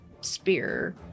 spear